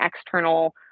external